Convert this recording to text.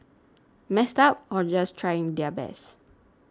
messed up or just trying their best